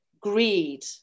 greed